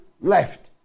left